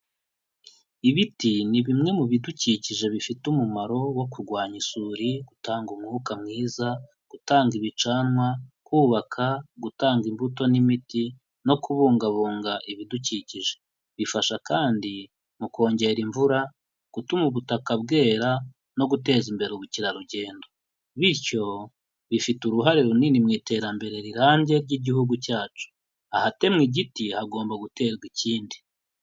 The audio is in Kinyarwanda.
Ibiti ni bimwe mu bidukikije bifite umumaro wo kurwanya isuri, gutanga umwuka mwiza, gutanga ibicanwa, kubaka, gutanga imbuto n'imiti, no kubungabunga ibidukikije. Bifasha kandi mu kongera imvura, gutuma ubutaka bwera, no guteza imbere ubukerarugendo. Bityo bifite uruhare runini mu iterambere rirambye ry'igihugu cyacu. Ahatemwa igiti hagomba guterwa ikindi.